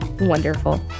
wonderful